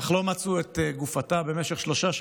אך לא מצאו את גופתה במשך שלושה שבועות,